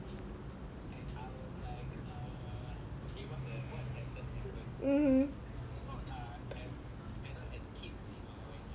mm